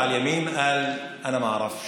לאחר שסיים, ראש הממשלה מימינו אמר: אני לא יודע,